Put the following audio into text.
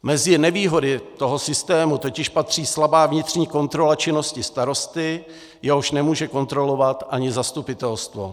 Mezi nevýhody toho systému totiž patří slabá vnitřní kontrola činnosti starosty, jehož nemůže kontrolovat ani zastupitelstvo.